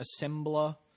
assembler